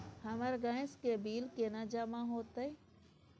हमर गैस के बिल केना जमा होते?